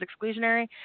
exclusionary